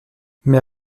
mais